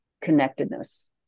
connectedness